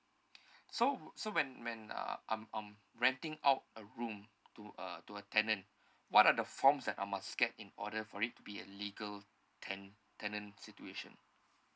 so so when when uh I'm um renting out a room to a to a tenant what are the forms that I must get in order for it to be a legal ten~ tenant situation